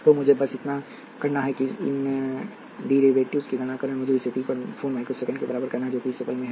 तो मुझे बस इतना करना है कि इन डेरिवेटिव्स की गणना करें और मुझे इसे t पर 4 माइक्रो सेकेंड के बराबर करना है जो कि इस पल में है